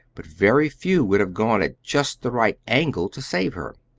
but very few would have gone at just the right angle to save her.